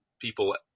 people